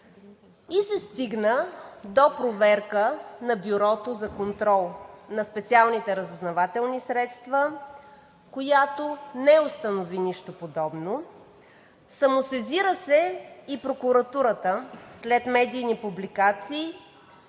им. Стигна се до проверка на Бюрото за контрол на специалните разузнавателни средства, която не установи нищо подобно. Самосезира се и прокуратурата след медийни публикации